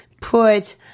put